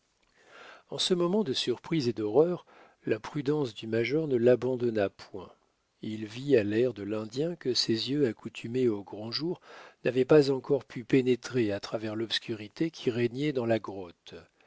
en ce moment de surprise et d'horreur la prudence du major ne l'abandonna point il vit à l'air de l'indien que ses yeux accoutumés au grand jour n'avaient pas encore pu pénétrer à travers l'obscurité qui régnait dans la grotte